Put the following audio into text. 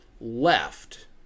left